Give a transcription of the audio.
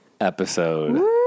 episode